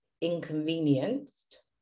inconvenienced